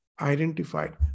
identified